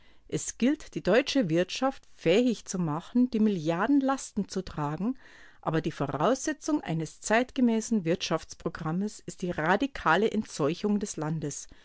es gilt die deutsche wirtschaft fähig zu machen die milliardenlasten zu tragen aber die voraussetzung eines zeitgemäßen wirtschaftsprogramms ist die radikale entseuchung des landes